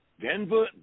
Denver